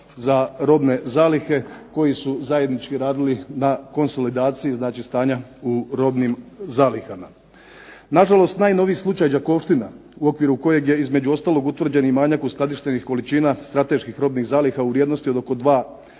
za robne zalihe koji su zajednički radili na konsolidaciji, znači stanja u robnim zalihama. Na žalost, najnoviji slučaj "Đakovština" u okviru kojeg je između ostalog utvrđen i manjak uskladištenih količina strateških robnih zaliha u vrijednosti od oko 2,8